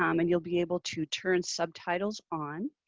um and you'll be able to turn subtitles on.